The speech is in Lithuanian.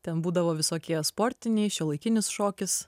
ten būdavo visokie sportiniai šiuolaikinis šokis